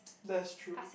that's true